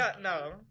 No